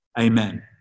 Amen